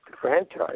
franchise